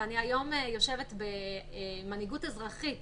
ואני היום יושבת ב"מנהיגות אזרחית",